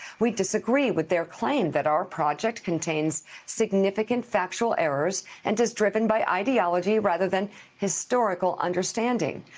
we disagree with their claim that our project contains significant factual errors and is driven by ideology rather than historical understanding.